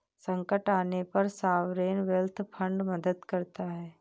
संकट आने पर सॉवरेन वेल्थ फंड मदद करता है